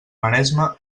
maresma